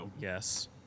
Yes